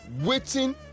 waiting